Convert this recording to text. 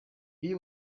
iyo